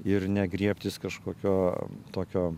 ir ne griebtis kažkokio tokio